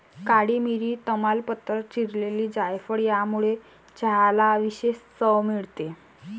काळी मिरी, तमालपत्र, चिरलेली जायफळ यामुळे चहाला विशेष चव मिळते